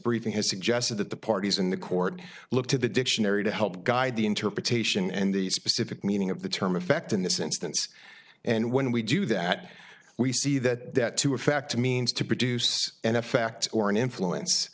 briefing has suggested that the parties in the court look to the dictionary to help guide the interpretation and the specific meaning of the term effect in this instance and when we do that we see that that to a fact means to produce an effect or an influence